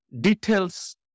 details